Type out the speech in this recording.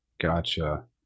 Gotcha